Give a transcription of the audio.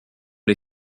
les